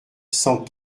cent